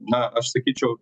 na aš sakyčiau